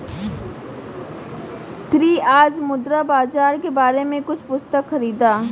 सन्नी आज मुद्रा बाजार के बारे में कुछ पुस्तक खरीदा